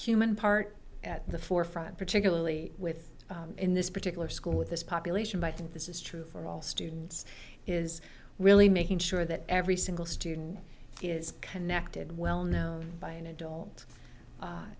human part at the forefront particularly with in this particular school with this population by i think this is true for all students is really making sure that every single student is connected well known by an adult